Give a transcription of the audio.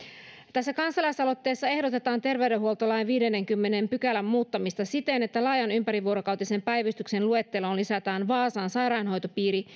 tässä kansalaisaloitteessa ehdotetaan terveydenhuoltolain viidennenkymmenennen pykälän muuttamista siten että laajan ympärivuorokautisen päivystyksen luetteloon lisätään vaasan sairaanhoitopiiri